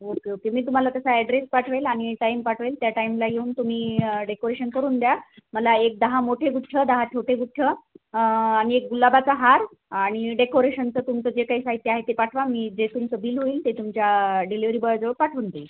okay okay मी तुम्हाला तसा ॲड्रेस पाठवेल आ आणि टाईम पाठवेल त्या टाईमला येऊन तुम्ही डेकोरेशन करून द्या मला एक दहा मोठे गुच्छ दहा छोटे गुच्छ आणि एक गुलाबाच हार आणि डेकोरेशनचं तुमचं जे काही साहित्य आहे ते पाठवा मी जे तुमचं बिल होईल ते तुमच्या डिलेवरी बॉय जवळ पाठवून देईल